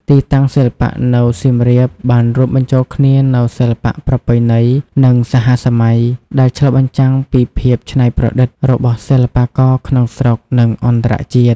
ទីតាំងសិល្បៈនៅសៀមរាបបានរួមបញ្ចូលគ្នានូវសិល្បៈប្រពៃណី និងសហសម័យ ដែលឆ្លុះបញ្ចាំងពីភាពច្នៃប្រឌិតរបស់សិល្បករក្នុងស្រុក និងអន្តរជាតិ។